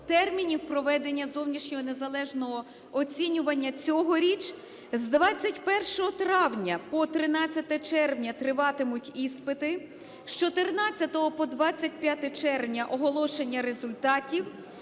термінів проведення зовнішнього незалежного оцінювання цьогоріч. З 21 травня по 13 червня триватимуть іспити. З 14 по 25 червня -оголошення результатів.